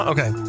Okay